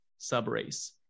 subrace